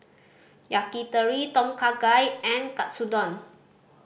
Yakitori Tom Kha Gai and Katsudon